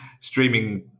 streaming